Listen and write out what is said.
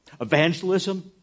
evangelism